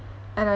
and I